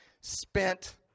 spent